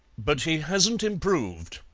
but he hasn't improved,